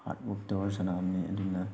heart ꯋꯥꯛ ꯇꯧꯔ ꯁꯥꯟꯅꯕꯅꯤ ꯑꯗꯨꯅ